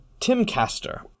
Timcaster